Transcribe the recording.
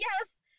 yes